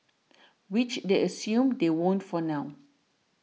which they assume they won't for now